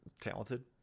talented